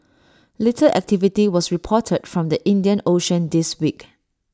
little activity was reported from the Indian ocean this week